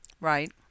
Right